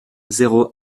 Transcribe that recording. zéro